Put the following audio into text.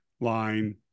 line